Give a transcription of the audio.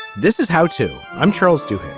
this is how to i'm charles to